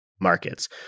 markets